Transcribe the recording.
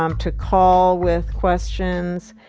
um to call with questions,